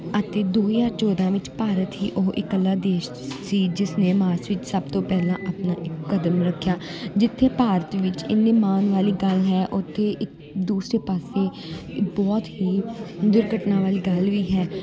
ਅਤੇ ਦੋ ਹਜ਼ਾਰ ਚੌਦ੍ਹਾਂ ਵਿੱਚ ਭਾਰਤ ਹੀ ਉਹ ਇਕੱਲਾ ਦੇਸ਼ ਸੀ ਜਿਸ ਨੇ ਮਾਰਸ ਵਿੱਚ ਸਭ ਤੋਂ ਪਹਿਲਾਂ ਆਪਣਾ ਇੱਕ ਕਦਮ ਰੱਖਿਆ ਜਿੱਥੇ ਭਾਰਤ ਵਿੱਚ ਇੰਨੇ ਮਾਣ ਵਾਲੀ ਗੱਲ ਹੈ ਉੱਥੇ ਇੱਕ ਦੂਸਰੇ ਪਾਸੇ ਬਹੁਤ ਹੀ ਦੁਰਘਟਨਾ ਵਾਲੀ ਗੱਲ ਵੀ ਹੈ